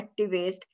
activist